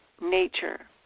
nature